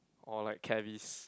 or like Kevis